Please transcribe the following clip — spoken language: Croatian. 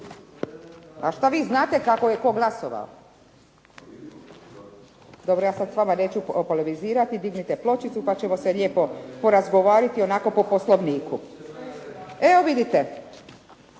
…/Upadica se ne čuje./… Dobro, ja sad s vama neću polemizirati. Dignite pločicu pa ćemo se lijepo porazgovoriti onako po poslovniku. Evo vidite,